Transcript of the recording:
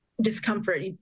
discomfort